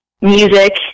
music